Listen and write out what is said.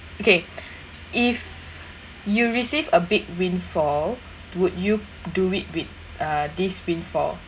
okay if you received a big windfall would you do it with uh this windfall